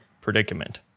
predicament